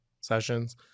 sessions